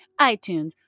iTunes